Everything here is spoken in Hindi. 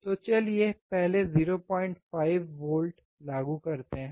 तो चलिए पहले 05 वोल्ट लागू करते हैं